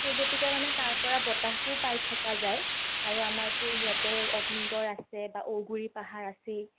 সেই গতিকে মানে তাৰ পৰা বতাহটো পাই থকা যায় আৰু আমাৰতো ইয়াতে অগ্নিগড় আছে বা ঔগুৰি পাহাৰ আছেই